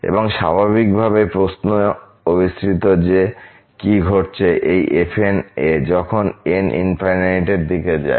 এবং স্বাভাবিকভাবেই প্রশ্ন অভিসৃতি যে কি ঘটছে এই fn এ যখন n এর দিকে যায়